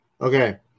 Okay